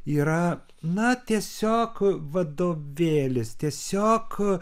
yra na tiesiog vadovėlis tiesiog